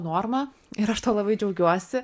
norma ir aš tuo labai džiaugiuosi